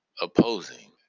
opposing